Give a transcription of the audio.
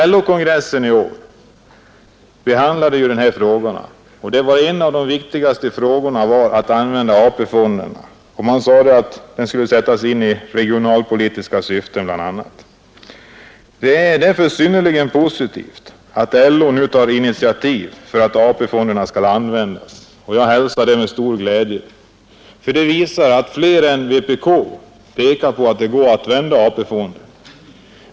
LO-kongressen behandlade ju i år de här frågorna, och där var en av de viktigaste synpunkterna beträffande användningen av AP-fonderna att de skulle sättas in bl.a. i regionalpolitiska syften. Det är därför synnerligen positivt att LO nu tar initiativ för att AP-fonderna skall användas. Jag hälsar det med stor glädje. Det visar att fler än vpk pekar på att det går att använda AP-fonderna.